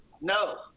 No